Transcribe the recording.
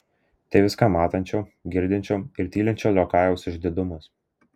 tai viską matančio girdinčio ir tylinčio liokajaus išdidumas